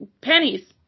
pennies